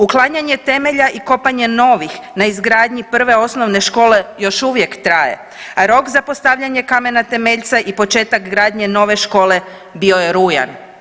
Uklanjanje temelja i kopanje novih na izgradnji prve osnovne škole još uvijek traje, a rok za postavljanje kamena temeljca i početak gradnje nove škole bio je rujan.